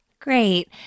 Great